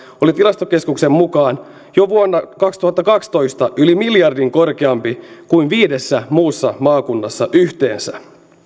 oli tilastokeskuksen mukaan jo vuonna kaksituhattakaksitoista yli miljardin korkeampi kuin viidessä muussa maakunnassa yhteensä